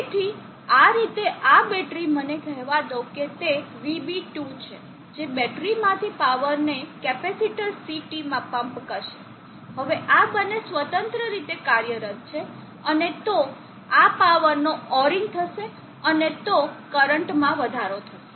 તેથી આ રીતે આ બેટરી મને કહેવા દો કે તે VB2 છે જે બેટરી માંથી પાવરને કેપેસિટર CT માં પમ્પ કરશે હવે આ બંને સ્વતંત્ર રીતે કાર્યરત છે અને તો પાવરનો ઓરિંગ થશે અને તો કરંટમાં વધારો થશે